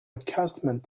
accustomed